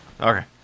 Okay